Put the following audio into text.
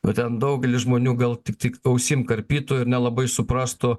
o ten daugelis žmonių gal tik tik ausim karpytų ir nelabai suprastų